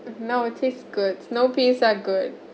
now ah taste good snow peas are good